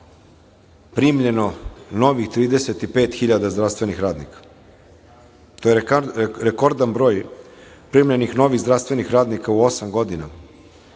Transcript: primljeno novih 35 hiljada zdravstvenih radnika. To je rekordan broj primljenih novih zdravstvenih radnika u osam godina.